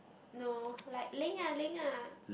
no like Ling Ah-Ling ah